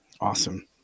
Awesome